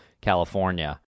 California